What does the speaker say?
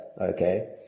okay